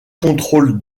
contrôle